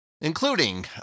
including